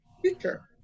future